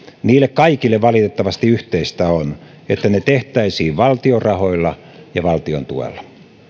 niille kaikille valitettavasti yhteistä on että ne tehtäisiin valtion rahoilla ja valtion tuella